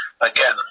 again